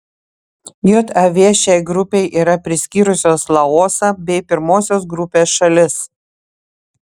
jav šiai grupei yra priskyrusios laosą bei pirmosios grupės šalis